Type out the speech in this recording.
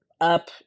up